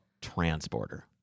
Transporter